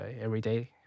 everyday